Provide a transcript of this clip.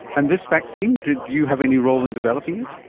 and this vaccine? did you have any role in developing it?